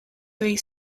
three